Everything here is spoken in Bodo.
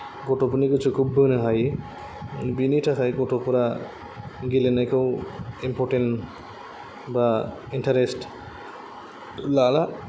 गथ'फोरनि गोसोखौ बोनो हायो बेनि थाखाय गथ'फोरा गेलेनायखौ इम्पर्तेन्त बा इन्तारेस्त लाला